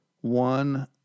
one